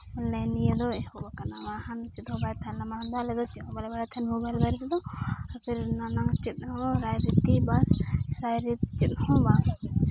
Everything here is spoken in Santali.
ᱚᱱᱞᱟᱭᱤᱱ ᱤᱭᱟᱹ ᱫᱚ ᱮᱦᱚᱵ ᱠᱟᱱᱟ ᱵᱟᱠᱷᱟᱱ ᱪᱮᱫ ᱦᱚᱸ ᱵᱟᱝ ᱛᱟᱦᱮᱸ ᱠᱟᱱᱟ ᱢᱟᱲᱟᱝ ᱟᱞᱮ ᱫᱚ ᱪᱮᱫ ᱦᱚᱸ ᱵᱟᱞᱮ ᱵᱟᱲᱟᱭ ᱛᱟᱦᱮᱱ ᱢᱳᱵᱟᱭᱤᱞ ᱵᱟᱨᱮ ᱛᱮᱫᱚ ᱯᱷᱤᱨ ᱪᱮᱫ ᱦᱚᱸ ᱨᱟᱭ ᱨᱤᱛᱤ ᱪᱮᱫ ᱦᱚᱸ ᱵᱟᱝ